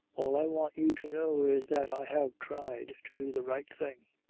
all i want you to know is that i have tried to do the right thing.